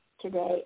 today